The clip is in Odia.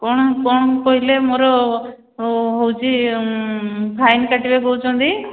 କ'ଣ କ'ଣ କହିଲେ ମୋର ହେଉଛି ଫାଇନ୍ କାଟିବେ କହୁଛନ୍ତି